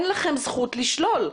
אין לכם זכות לשלול.